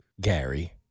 Gary